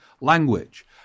language